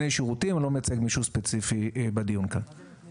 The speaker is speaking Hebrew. פיננסיים, בתחומים